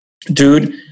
Dude